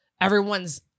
everyone's